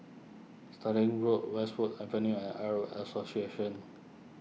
Stirling Road Westwood Avenue and Arab Association